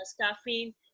caffeine